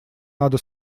надо